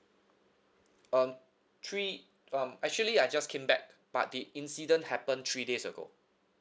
um three um actually I just came back but the incident happened three days ago